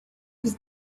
was